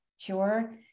cure